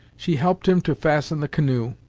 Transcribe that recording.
she helped him to fasten the canoe,